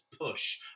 push